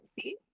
see